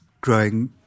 growing